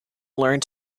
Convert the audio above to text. learned